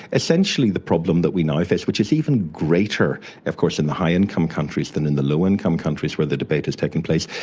essentially the problem that we now face, which is even greater of course in the high income countries than in the low income countries where the debate is taking place,